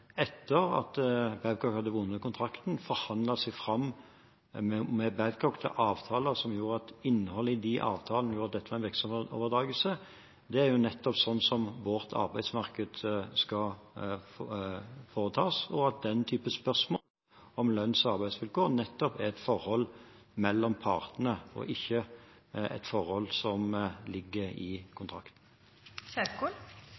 kontrakten, forhandlet seg fram – med Babcock – til avtaler som gjorde at innholdet i de avtalene innebar en virksomhetsoverdragelse, er nettopp slik som vårt arbeidsmarked skal være. Den type spørsmål om lønns- og arbeidsvilkår er nettopp et forhold mellom partene, og ikke et forhold som ligger i